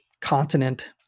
continent